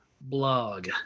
blog